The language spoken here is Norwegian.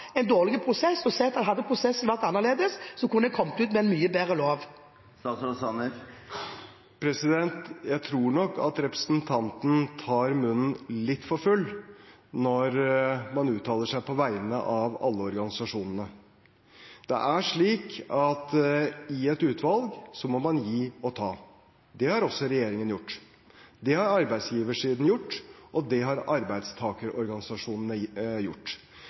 en dårlig prosess, og som sier at hadde prosessen vært annerledes, kunne man kommet ut med en mye bedre lov? Jeg tror nok at representanten tar munnen litt for full når man uttaler seg på vegne av alle organisasjonene. Det er slik at i et utvalg må man gi og ta. Det har også regjeringen gjort, det har arbeidsgiversiden gjort, og det har arbeidstakerorganisasjonene gjort.